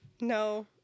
No